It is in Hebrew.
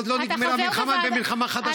אבל עוד לא נגמרה מלחמה, במלחמה חדשה.